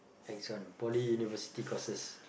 next one Poly University courses